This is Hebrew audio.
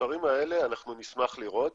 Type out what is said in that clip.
מספרים כאלה אנחנו נשמח לראות.